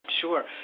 Sure